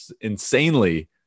insanely